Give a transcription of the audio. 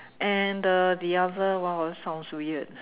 and uh the other one sounds weird